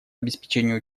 обеспечению